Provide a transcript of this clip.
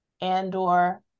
Andor